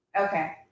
Okay